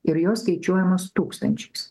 ir jos skaičiuojamos tūkstančiais